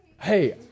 hey